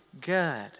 good